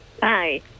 Hi